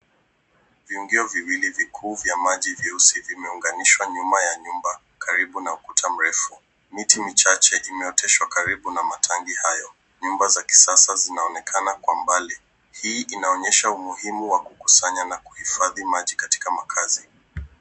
Viungio viwili vikuu vya maji vyeusi vimeunganishwa nyuma ya nyumba, karibu na ukuta mrefu. Miti michache imeoteshwa karibu na matangi hayo. Nyumba za kisasa zinaonekana kwa mbali. Hii inaonyesha umuhimu wa kukusanya na kuhifadhi maji katika makazi.